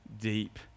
deep